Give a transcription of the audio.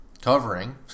covering